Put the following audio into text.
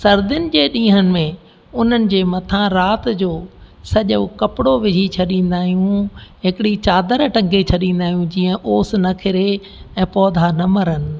सर्दियुनि जे ॾींहंनि में उन्हनि जे मथां राति जो सॼो कपिड़ो विझी छॾींदा आहियूं हिकिड़ी चादर टंगे छॾींदा आहियूं जीअं ओस न किरे ऐं पौधा न मरनि